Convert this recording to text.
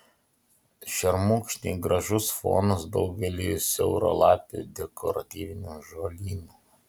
šermukšniai gražus fonas daugeliui siauralapių dekoratyvinių žolynų